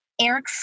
Eric